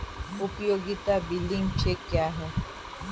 उपयोगिता बिलिंग चक्र क्या है?